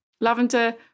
Lavender